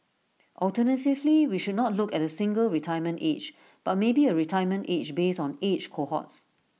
alternatively we should not look at A single retirement age but maybe A retirement age based on age cohorts